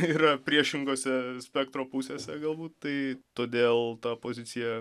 yra priešingose spektro pusėse galbūt tai todėl ta pozicija